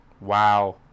Wow